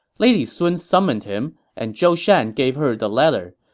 lady sun summoned him, and zhou shan gave her the letter.